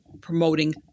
promoting